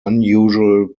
unusual